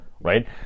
right